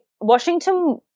Washington